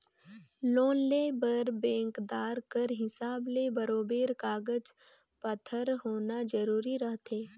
loan लेय बर बेंकदार कर हिसाब ले बरोबेर कागज पाथर होना जरूरी रहथे